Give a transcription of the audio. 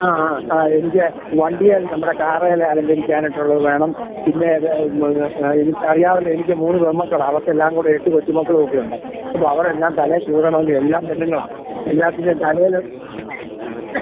ആ ആ ആ എനിക്ക് വണ്ടിയിൽ നമ്മുടെ കാറിൽ അലങ്കരിക്കാനായിട്ടുള്ളത് വേണം പിന്നെ അത് പിന്നെ ആ എനിക്കറിയാവുന്ന എനിക്ക് മൂന്ന് പെൺമക്കളാണ് അവർക്കെല്ലാം കൂടെ എട്ട് കൊച്ചുമക്കളുമൊക്കെയുണ്ട് അവരെല്ലാം തലേ ചൂടണമെങ്കിൽ എല്ലാം പെണ്ണുങ്ങളാ എല്ലാത്തിൻ്റെയും തലയിൽ എത്ര